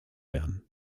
werden